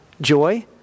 joy